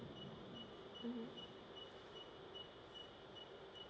mmhmm